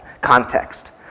context